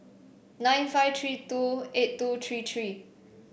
nine five three two eight two three three